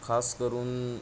खास करून